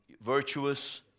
virtuous